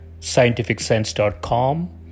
scientificsense.com